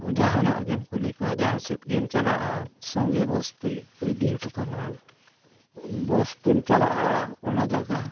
ᱡᱟᱦᱟᱱᱟᱜ ᱜᱮᱢ ᱠᱩᱞᱤ ᱠᱚᱣᱟ ᱡᱟᱦᱟᱸ ᱥᱮᱫ ᱜᱮᱢ ᱪᱟᱞᱟᱜᱼᱟ ᱥᱚᱸᱜᱮ ᱵᱚᱥ ᱛᱮᱜᱮ ᱠᱚ ᱤᱫᱤ ᱦᱚᱴᱚ ᱠᱟᱢᱟ ᱵᱚᱥ ᱛᱮᱢ ᱪᱟᱞᱟᱜᱼᱟ ᱚᱱᱟ ᱡᱟᱭᱜᱟ